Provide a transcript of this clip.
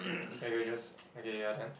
I can just okay ya then